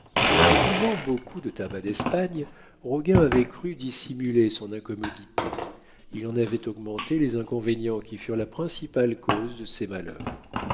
prisant beaucoup de tabac d'espagne roguin avait cru dissimuler son incommodité il en avait augmenté les inconvénients qui furent la principale cause de ses malheurs